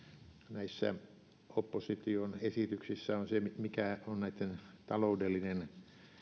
näissä opposition esityksissä on se mikä on näitten taloudellinen